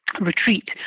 retreat